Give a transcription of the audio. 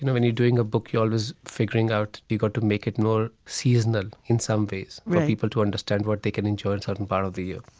when you're doing a book, you're always figuring out you have to make it more seasonal in some ways for people to understand what they can enjoy in certain parts of the year